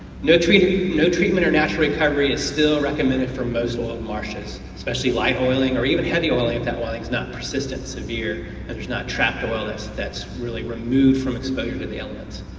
no treatment you know treatment or natural recovery is still recommended for most oiled marshes, especially light oiling or even heavy oiling, if that oiling is not persistent or severe, and there's not trapped oil that's that's really removed from exposure to the elements.